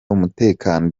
umutekano